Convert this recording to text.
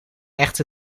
echte